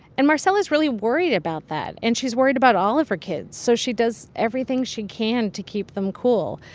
and marcela's really worried about that. and she's worried about all of her kids, so she does everything she can to keep them cool.